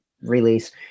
release